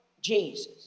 Jesus